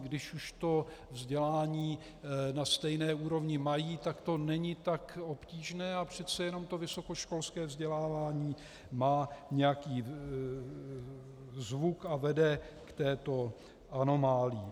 Když už to vzdělání na stejné úrovni mají, tak to není tak obtížné a přece jenom to vysokoškolské vzdělávání má nějaký zvuk a vede k této anomálii.